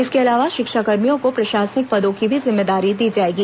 इसके अलावा शिक्षाकमियों को प्रशासनिक पदों की भी जिम्मेदारी दी जाएगी